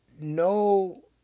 no